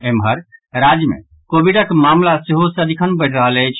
एम्हर राज्य मे कोविडक मामिला सेहो सदिखन बढ़ि रहल अछि